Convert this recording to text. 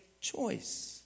choice